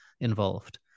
involved